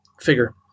figure